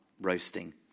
roasting